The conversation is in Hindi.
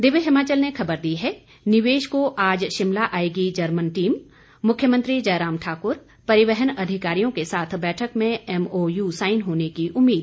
दिव्य हिमाचल ने खबर दी है निवेश को आज शिमला आएगी जर्मन टीम मुख्यमंत्री जयराम ठाक्र परिवहन अधिकारियों के साथ बैठक में एमओयू साईन होने की उम्मीद